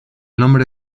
nombre